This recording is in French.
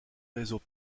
réseau